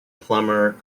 plumber